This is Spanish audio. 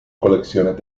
colecciones